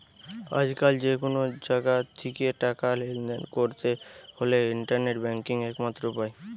আজকাল যে কুনো জাগা থিকে টাকা লেনদেন কোরতে হলে ইন্টারনেট ব্যাংকিং একমাত্র উপায়